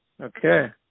Okay